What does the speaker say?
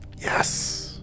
Yes